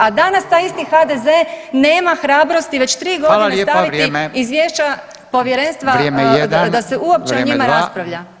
A danas taj isti HDZ nema hrabrosti već tri godine [[Upadica Radin: Hvala lijepa, vrijeme.]] staviti izvješća povjerenstva [[Upadica Radin: Vrijeme jedan.]] da se uopće o njima [[Upadica Radin: Vrijeme dva.]] raspravlja.